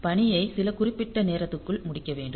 பணியை சில குறிப்பிட்ட நேரத்திற்குள் முடிக்க வேண்டும்